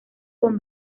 con